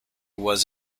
was